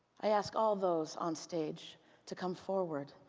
i ask all those on stage to come forward